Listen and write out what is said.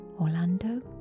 Orlando